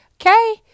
Okay